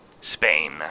Spain